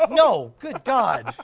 ah no good god!